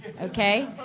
okay